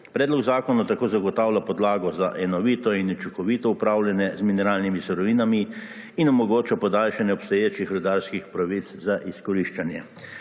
Predlog zakona tako zagotavlja podlago za enovito in učinkovito upravljanje z mineralnimi surovinami in omogoča podaljšanje obstoječih rudarskih pravic za izkoriščanje.